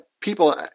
people